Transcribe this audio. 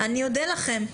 אני אודה לכם,